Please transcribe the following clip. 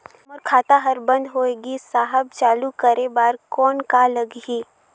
मोर खाता हर बंद होय गिस साहेब चालू करे बार कौन का लगही?